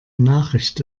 nachricht